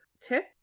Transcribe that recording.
tip